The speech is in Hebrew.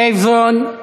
לייבזון.